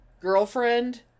girlfriend